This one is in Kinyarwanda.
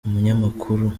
umunyamakuru